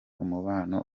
umubano